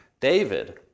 David